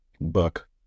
book